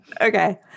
Okay